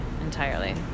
entirely